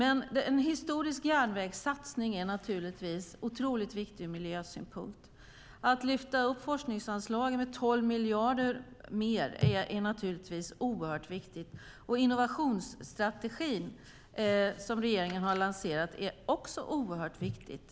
En historisk järnvägssatsning är otroligt viktig hur miljösynpunkt. Att lyfta forskningsanslagen med 12 miljarder mer är oerhört viktigt. Innovationsstrategin som regeringen har lanserat är också oerhört viktig.